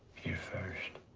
your first.